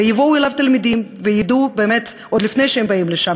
ויבואו אליו תלמידים וידעו עוד לפני שהם באים לשם